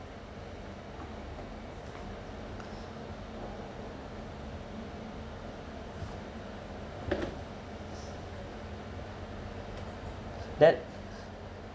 that